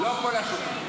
לא כל השוטרים.